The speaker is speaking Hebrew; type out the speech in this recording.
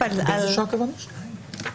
ויש את הסעיפים כאן שמדברים על מימוש נכס.